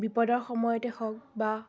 বিপদৰ সময়তে হওঁক বা